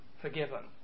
forgiven